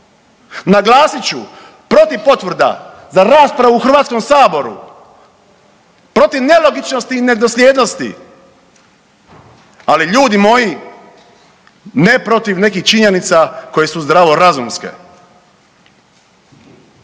Naglasit ću, protiv potvrda za raspravu u HS, protiv nelogičnosti i nedosljednosti, ali ljudi moji ne protiv nekih činjenica koje su zdravorazumske.